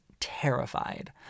terrified